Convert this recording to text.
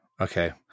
Okay